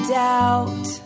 doubt